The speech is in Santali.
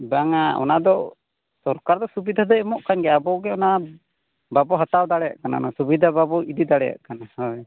ᱵᱟᱝᱟ ᱚᱱᱟᱫᱚ ᱥᱚᱨᱠᱟᱨ ᱫᱚ ᱥᱩᱵᱤᱫᱷᱟ ᱫᱚᱭ ᱮᱢᱚᱜ ᱠᱟᱱ ᱜᱮᱭᱟ ᱟᱵᱚᱜᱮ ᱚᱱᱟ ᱵᱟᱵᱚ ᱦᱟᱛᱟᱣ ᱫᱟᱲᱮᱭᱟᱜ ᱠᱟᱱᱟ ᱥᱩᱵᱤᱫᱷᱟ ᱵᱟᱵᱚᱱ ᱤᱫᱤ ᱫᱟᱲᱮᱭᱟᱜ ᱠᱟᱱᱟ ᱦᱳᱭ